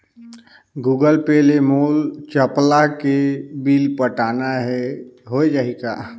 Google Pay ले मोल चपला के बिल पटाना हे, हो जाही का?